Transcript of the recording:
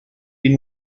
been